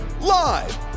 live